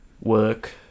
work